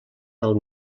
del